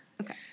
Okay